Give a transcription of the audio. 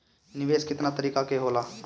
निवेस केतना तरीका के होला?